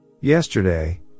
Yesterday